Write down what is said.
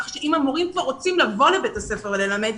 כך שאם המורים רוצים לבוא לבית הספר וללמד,